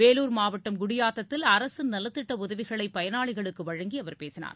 வேலூர் மாவட்டம் குடியாத்தத்தில் அரசின் நலத்திட்ட உதவிகளை பயனாளிகளுக்கு வழங்கி அவர் பேசினார்